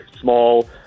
small